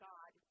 God